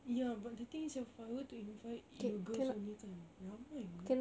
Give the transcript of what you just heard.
ya but the thing is if I were to invite you girls only kan ramai apa